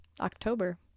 October